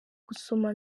gusoma